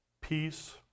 peace